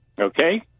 Okay